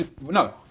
No